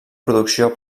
producció